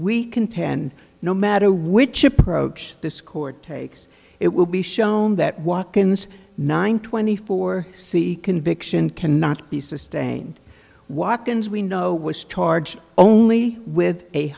contend no matter which approach this court takes it will be shown that watkins nine twenty four c conviction cannot be sustained watkins we know was charged only with a